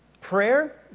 Prayer